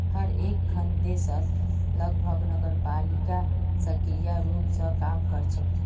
हर एकखन देशत लगभग नगरपालिका सक्रिय रूप स काम कर छेक